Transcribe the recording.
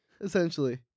essentially